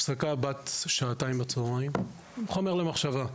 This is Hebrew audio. הפסקה בת שעתיים בצוהריים, חומר למחשבה.